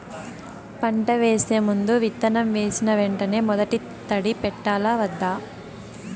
పంట వేసే ముందు, విత్తనం వేసిన వెంటనే మొదటి తడి పెట్టాలా వద్దా?